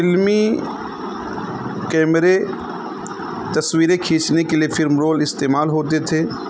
فلمی کیمرے تصویریں کھینچنے کے لیے فلم رول استعمال ہوتے تھے